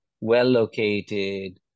well-located